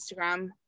Instagram